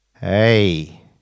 Hey